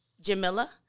Jamila